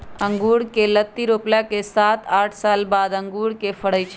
अँगुर कें लत्ति रोपला के सात आठ साल बाद अंगुर के फरइ छइ